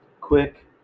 quick